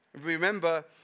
Remember